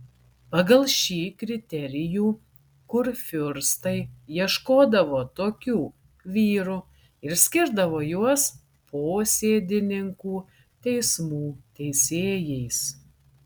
pagal šį kriterijų kurfiurstai ieškodavo tokių vyrų ir skirdavo juos posėdininkų teismų teisėjais